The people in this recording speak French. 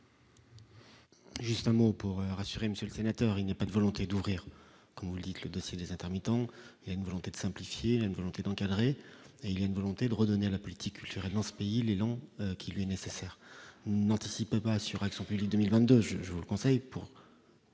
Juste un mot pour rassurer, Monsieur le Sénateur, il n'y a pas de volonté d'ouvrir comme vous dites, le dossier des intermittents il y a une volonté de simplifier la une volonté d'encadrer et il y a une volonté de redonner à la politique culturelle dans ce pays, l'élan qui lui est nécessaire n'anticipe pas sur action publique 2022 je je vous conseille pour,